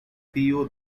tío